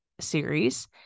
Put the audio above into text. series